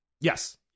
Yes